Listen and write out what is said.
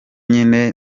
nyine